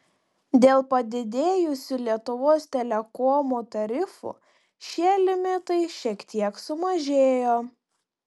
dėl padidėjusių lietuvos telekomo tarifų šie limitai šiek tiek sumažėjo